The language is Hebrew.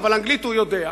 אבל אנגלית הוא יודע,